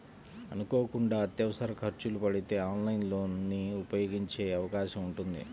అనుకోకుండా అత్యవసర ఖర్చులు పడితే ఆన్లైన్ లోన్ ని ఉపయోగించే అవకాశం ఉంటుంది